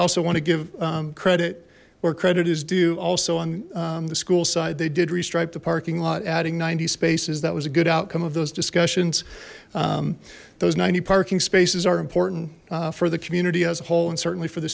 also want to give credit where credit is due also on the school side they did restriped the parking lot adding ninety spaces that was a good outcome of those discussions those ninety parking spaces are important for the community as a whole and certainly for the